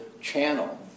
channel